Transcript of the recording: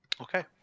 Okay